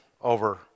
over